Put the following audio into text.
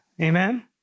Amen